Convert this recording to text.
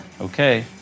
Okay